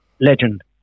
legend